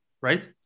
right